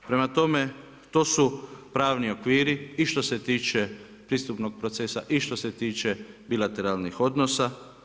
Prema tome, to su pravni okviri i što se tiče pristupnog procesa i što se tiče bilateralnih odnosa.